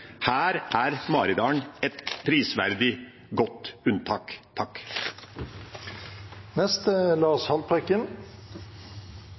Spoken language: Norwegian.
Her er Maridalen et prisverdig, godt unntak.